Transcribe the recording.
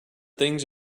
things